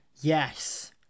Yes